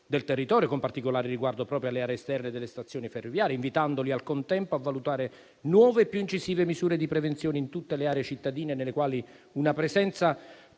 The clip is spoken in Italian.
del territorio, con particolare riguardo proprio alle aree esterne delle stazioni ferroviarie, invitandoli al contempo a valutare nuove più incisive misure di prevenzione in tutte le aree cittadine nelle quali una presenza